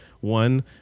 one